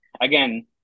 again